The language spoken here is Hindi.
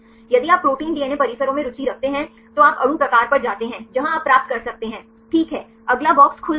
यदि आप प्रोटीन डीएनए परिसरों में रुचि रखते हैं तो आप अणु प्रकार पर जाते हैं जहां आप प्राप्त कर सकते हैं ठीक है अगला बॉक्स खुल जाएगा